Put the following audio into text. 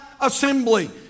assembly